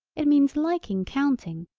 it means liking counting,